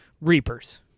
reapers